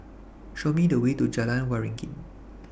Show Me The Way to Jalan Waringin